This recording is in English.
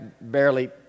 barely